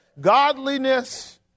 Godliness